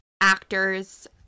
actors